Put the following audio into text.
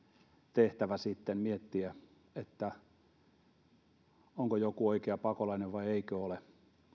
tehtävä sitten miettiä onko joku oikea pakolainen vai eikö ole